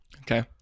Okay